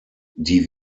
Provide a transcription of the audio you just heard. die